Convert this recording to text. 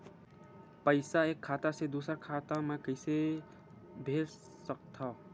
पईसा एक खाता से दुसर खाता मा कइसे कैसे भेज सकथव?